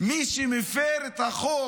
מי שמפר את החוק